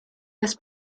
this